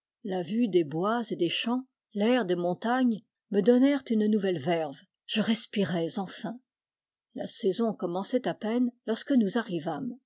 la vue des bois et des champs l'air des montagnes me donnèrent une nouvelle verve je respirais enfm la saison commençait à peine lorsque nous arrivâmes